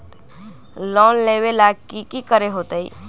Loan लेबे ला की कि करे के होतई?